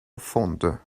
fonder